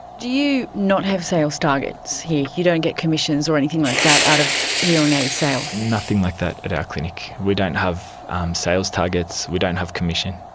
do you not have sales targets? you don't get commissions or anything like that out of hearing aid sales? nothing like that at our clinic. we don't have sales targets. we don't have commission.